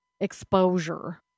exposure